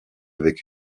avec